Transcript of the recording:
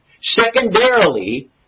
Secondarily